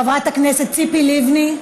חברת הכנסת ציפי לבני.